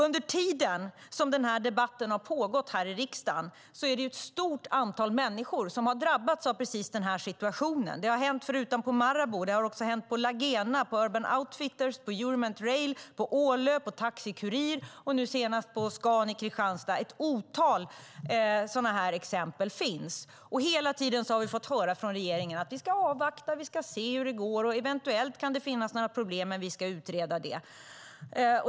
Under tiden som debatten har fortsatt i riksdagen är det ett stort antal människor som har drabbats av precis detta. Förutom på Marabou har det hänt på Lagena, Urban Outfitters, Euromaint Rail, Ålö, Taxi Kurir och nu senast på Scan i Kristianstad. Det finns ett otal exempel. Hela tiden har vi fått höra från regeringen: Vi ska avvakta och se hur det går. Eventuellt kan det finnas några problem, men vi ska utreda det.